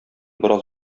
бераз